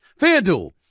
FanDuel